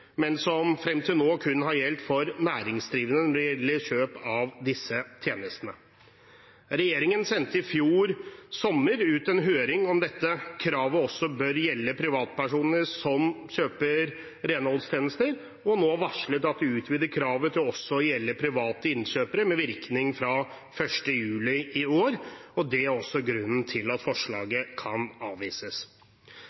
men som frem til nå kun har gjeldt for næringsdrivende når det gjelder kjøp av disse tjenestene. Regjeringen sendte i fjor sommer ut på høring om dette kravet også bør gjelde privatpersoner som kjøper renholdstjenester, og har nå varslet at de utvider kravet til også å gjelde private innkjøpere, med virkning fra 1. juli i år. Det er også grunnen til at